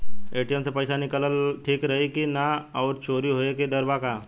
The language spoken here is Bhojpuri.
ए.टी.एम से पईसा निकालल ठीक रही की ना और चोरी होये के डर बा का?